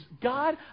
God